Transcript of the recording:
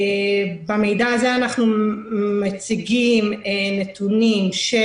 במידע הזה אנחנו מציגים נתונים של